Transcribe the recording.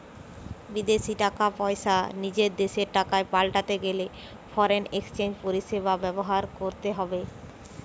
বিদেশী টাকা পয়সা নিজের দেশের টাকায় পাল্টাতে গেলে ফরেন এক্সচেঞ্জ পরিষেবা ব্যবহার করতে হবে